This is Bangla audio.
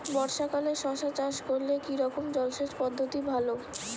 বর্ষাকালে শশা চাষ করলে কি রকম জলসেচ পদ্ধতি ভালো?